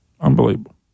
Unbelievable